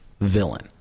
villain